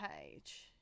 page